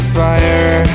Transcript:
fire